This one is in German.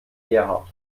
gerhard